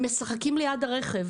הם משחקים ליד הרכב.